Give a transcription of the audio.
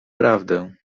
prawdę